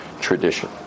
tradition